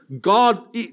God